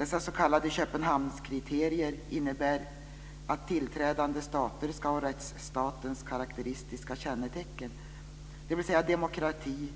Dessa s.k. Köpenhamnskriterier innebär att tillträdande stater ska ha rättsstatens karakteristiska kännetecken, dvs. demokrati,